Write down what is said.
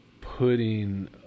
putting